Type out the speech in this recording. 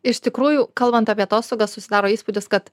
iš tikrųjų kalbant apie atostogas susidaro įspūdis kad